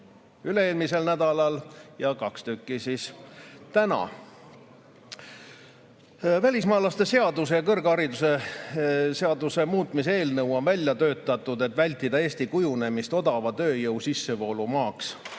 üle-eelmisel nädalal ja kaks tükki on täna. Välismaalaste seaduse ja kõrghariduse seaduse muutmise eelnõu on välja töötatud selleks, et vältida Eesti kujunemist odava tööjõu sissevoolu maaks,